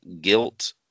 GUILT